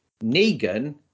Negan